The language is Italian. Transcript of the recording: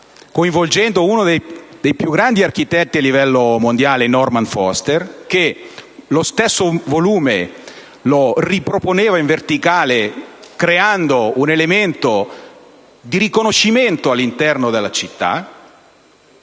coinvolgendo uno dei più grandi architetti a livello mondiale, Norman Foster, che riproponeva lo stesso volume in verticale, creando un elemento di riconoscimento all'interno della città.